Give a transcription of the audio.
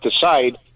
decide